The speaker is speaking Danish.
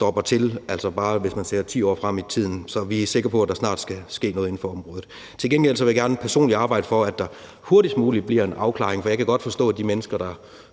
stopper det fuldstændig til, hvis man bare ser 10 år frem i tiden. Så vi er sikre på, at der snart skal ske noget inden for området. Til gengæld vil jeg gerne personligt arbejde for, at der hurtigst muligt bliver en afklaring, for jeg kan godt forstå de mennesker, der